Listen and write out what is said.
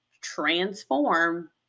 transform